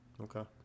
Okay